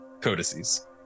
codices